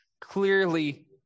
clearly